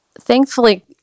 Thankfully